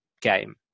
game